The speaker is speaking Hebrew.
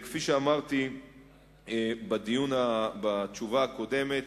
כפי שאמרתי בתשובה הקודמת,